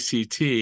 ACT